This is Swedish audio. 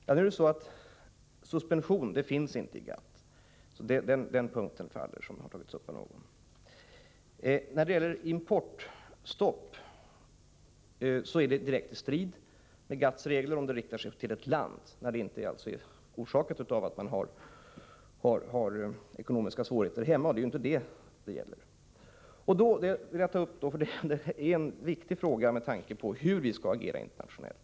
Det är så att suspension inte finns i GATT, och därmed faller den punkten. Importstopp står i direkt strid med GATT:s regler, om det riktar sig mot ett land och inte är orsakat av egna svårigheter. Det är det ju inte fråga om i detta fall. Jag vill ta upp en fråga som är viktig med tanke på hur vi skall agera internationellt.